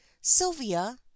sylvia